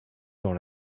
dans